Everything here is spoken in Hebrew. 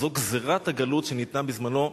זו גזירת הגלות שניתנה בזמנו,